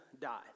die